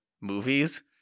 movies